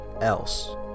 else